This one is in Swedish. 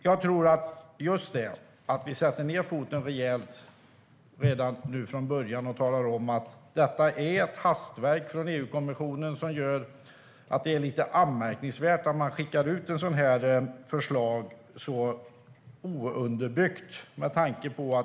Jag tror att det är viktigt att vi just sätter ned foten rejält redan nu från början och talar om att detta är ett hastverk från EU-kommissionen. Det är anmärkningsvärt att man skickar ut ett så här dåligt underbyggt förslag.